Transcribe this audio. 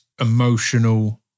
emotional